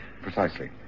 Precisely